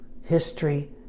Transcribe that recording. history